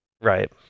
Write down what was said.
Right